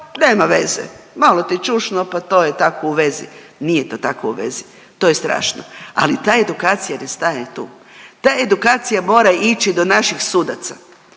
nema veze, malo te čušno pa to je tako u vezi. Nije to tako u vezi, to je strašno. Ali ta edukacija ne staje tu. Ta edukacija mora ići do naših sudaca.